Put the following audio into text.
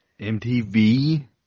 MTV